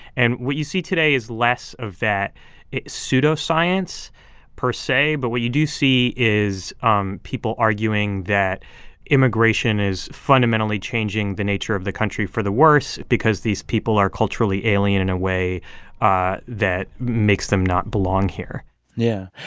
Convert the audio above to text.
and what you today is less of that pseudoscience per se, but what you do see is um people arguing that immigration is fundamentally changing the nature of the country for the worse because these people are culturally alien in a way ah that makes them not belong here yeah.